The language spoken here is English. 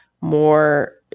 more